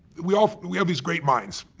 we all, we have these great minds.